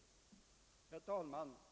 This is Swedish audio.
Herr talman!